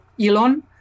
Elon